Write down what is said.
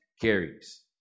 carries